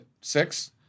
six